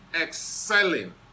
excelling